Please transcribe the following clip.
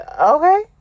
okay